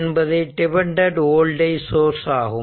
என்பது dependent voltage source ஆகும்